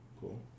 Cool